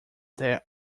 that